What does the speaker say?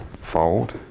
fold